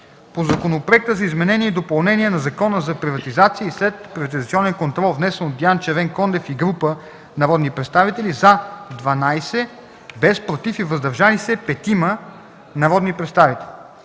по Законопроекта за изменение и допълнение на Закона за приватизация и следприватизационен контрол, внесен от Диан Червенкондев и група народни представители: „за” – 12, без „против” и „въздържали се” – 5 народни представители.